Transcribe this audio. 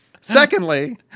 Secondly